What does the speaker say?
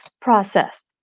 process